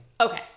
Okay